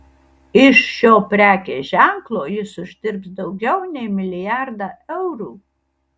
iš šio prekės ženklo jis uždirbs daugiau nei milijardą eurų